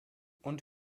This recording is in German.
und